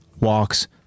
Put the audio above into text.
walks